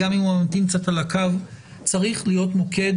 גם אם הוא ממתין קצת על הקו - וצריך להיות מוקד